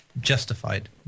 justified